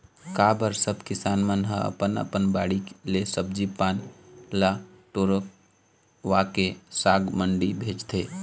का बर सब किसान मन ह अपन अपन बाड़ी ले सब्जी पान ल टोरवाके साग मंडी भेजथे